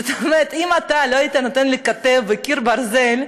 זאת אומרת, אם אתה לא היית נותן לי כתף וקיר ברזל,